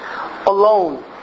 alone